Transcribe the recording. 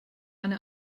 eine